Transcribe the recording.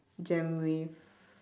jam with